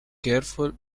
careful